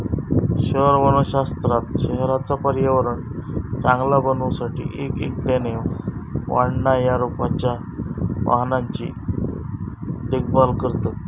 शहर वनशास्त्रात शहराचा पर्यावरण चांगला बनवू साठी एक एकट्याने वाढणा या रोपांच्या वाहनांची देखभाल करतत